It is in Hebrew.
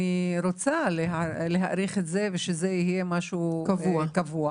אני רוצה להאריך את זה ושזה יהיה משהו קבוע.